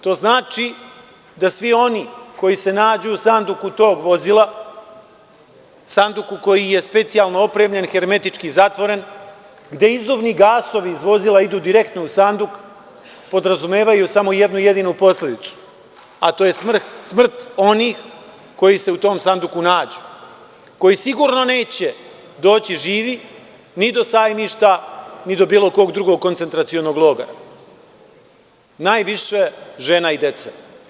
To znači da svi oni koji se nađu u sanduku tog vozila, sanduku koji je specijalno opremljen, hermetički zatvoren, gde izduvni gasovi iz vozila idu direktno u sanduk, podrazumevaju samo jednu jedinu posledicu, a to je smrt onih koji se u tom sanduku nađu, koji sigurno neće doći živi ni do Sajmišta, ni do bilo kog drugog koncentracionog logora, najviše žena i dece.